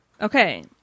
Okay